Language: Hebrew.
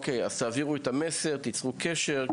אוקי, אז תעבירו את המסר ותצרו קשר.